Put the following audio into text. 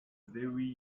very